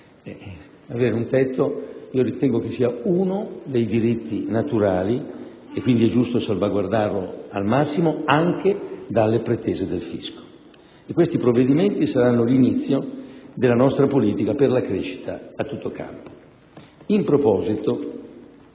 Avere un tetto ritengo sia uno dei diritti naturali ed è quindi giusto salvaguardarlo al massimo, anche dalle pretese del fisco. Questi provvedimenti saranno l'inizio della nostra politica per la crescita a tutto campo.